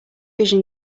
vision